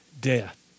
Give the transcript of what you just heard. death